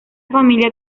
familia